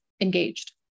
engaged